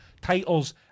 titles